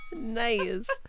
Nice